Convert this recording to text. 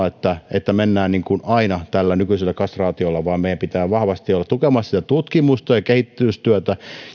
että että mennään aina tällä nykyisellä kastraatiolla vaan meidän pitää vahvasti olla tukemassa sitä tutkimusta ja kehitystyötä